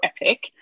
epic